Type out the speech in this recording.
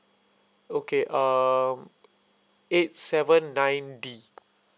okay um eight seven nine D